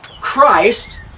Christ